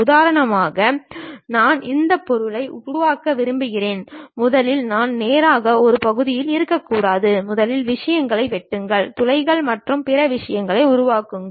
உதாரணமாக நான் இந்த பொருளை உருவாக்க விரும்புகிறேன் முதலில் நான் நேராக ஒரு பகுதியில் இருக்கக்கூடாது முதலில் விஷயங்களை வெட்டுங்கள் துளைகள் மற்றும் பிற விஷயங்களை உருவாக்குங்கள்